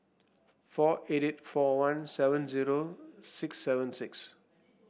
four eight four one seven zero six seven six